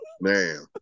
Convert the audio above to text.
Man